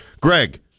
Greg